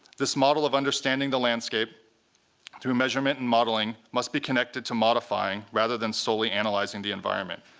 this model of understanding the landscape through measurement and modeling must be connected to modifying rather than solely analyzing the environment,